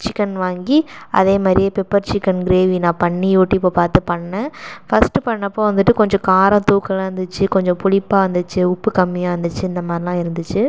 chicken வாங்கி அதே மாதிரி பெப்பர் சிக்கன் கிரேவி நான் பண்ணி யூடியூப்பை பார்த்து பண்ணிணேன் ஃபர்ஸ்ட் பண்ணிணப்போ வந்துட்டு கொஞ்சம் காரம் தூக்கலாக இருந்துச்சு கொஞ்சம் புளிப்பாக இருந்துச்சு உப்பு கம்மியாக இருந்துச்சு இந்த மாதிரியெலாம் இருந்துச்சு